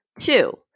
Two